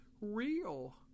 real